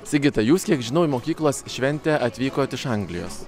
sigita jūs kiek žinau į mokyklos šventę atvykot iš anglijos